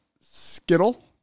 Skittle